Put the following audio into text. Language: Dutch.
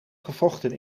gevochten